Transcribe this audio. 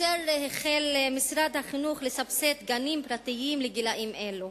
משרד החינוך החל לסבסד גנים פרטיים לגילאים אלה,